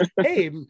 hey